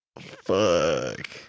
Fuck